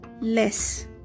less